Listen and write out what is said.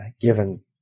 given